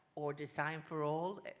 or design for all,